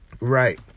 Right